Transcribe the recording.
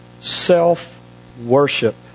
Self-worship